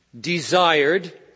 desired